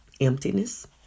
emptiness